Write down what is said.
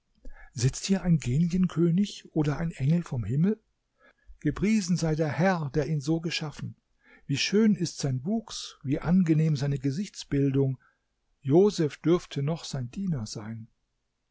sitzt hier ein genienkönig oder ein engel vom himmel gepriesen sei der herr der ihn so geschaffen wie schön ist sein wuchs wie angenehm seine gesichtsbildung josef dürfte noch sein diener sein